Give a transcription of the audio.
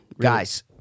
guys